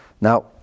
Now